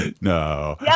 no